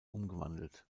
umgewandelt